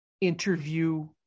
interview